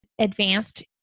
advanced